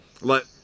Let